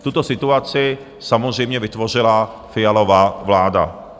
Tuto situaci samozřejmě vytvořila Fialova vláda.